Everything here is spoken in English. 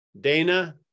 Dana